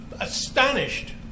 astonished